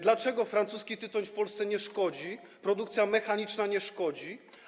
Dlaczego francuski tytoń w Polsce nie szkodzi, jego produkcja mechaniczna nie szkodzi?